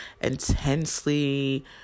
intensely